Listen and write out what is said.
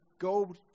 Go